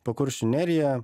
po kuršių neriją